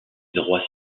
droits